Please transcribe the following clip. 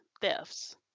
thefts